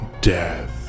Death